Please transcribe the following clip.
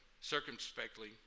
Circumspectly